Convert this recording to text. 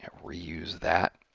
ah reuse that.